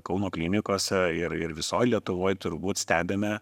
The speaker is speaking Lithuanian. kauno klinikose ir ir visoj lietuvoj turbūt stebime